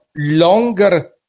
longer